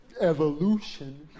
evolution